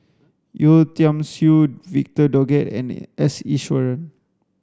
Yeo Tiam Siew Victor Doggett and S Iswaran